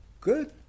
good